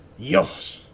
yosh